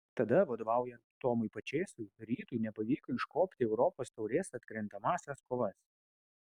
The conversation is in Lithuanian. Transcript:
tada vadovaujant tomui pačėsui rytui nepavyko iškopti į europos taurės atkrintamąsias kovas